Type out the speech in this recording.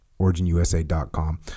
originusa.com